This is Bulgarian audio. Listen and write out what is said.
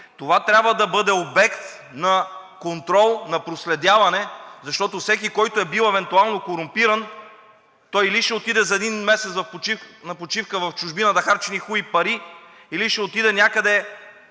това трябва да бъде обект на контрол на проследяване, защото всеки, който е бил евентуално корумпиран, той или ще отиде за един месец на почивка в чужбина да харчи едни хубави пари, или ще отиде някъде